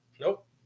Nope